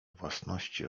własności